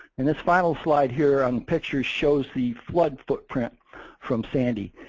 and this final slide here um picture shows the flood footprint from sandy.